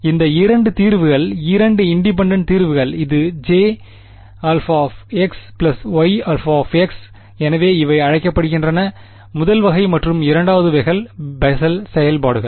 எனவே இந்த இரண்டு தீர்வுகள் இரண்டு இண்டிபெண்டெண்ட் தீர்வுகள் இது Ja மற்றும் Ya எனவே இவை அழைக்கப்படுகின்றன முதல் வகை மற்றும் இரண்டாவது வகையான பெசல் செயல்பாடுகள்